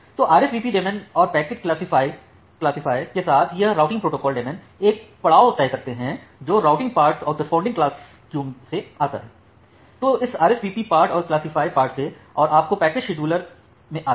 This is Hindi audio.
तो RSVP डेमॉन और पैकेट क्लासिफाय के साथ यह राउटिंग प्रोटोकॉल डेमॉनअगला पड़ाव तय करते हैं जो राउटिंग पार्ट और कररेस्पोंडिंग क्लास क्यू से आता है जो इस RSVP पार्ट और क्लासिफाय पार्ट से और आपके पैकेट शेड्यूलर में आता है